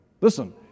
Listen